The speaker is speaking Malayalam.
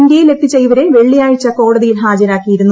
ഇന്ത്യയിൽ എത്തിച്ച ഇവരെ വെള്ളിയാഴ്ച കോടതിയിൽ ഹാജരാക്കിയിരുന്നു